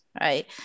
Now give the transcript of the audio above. right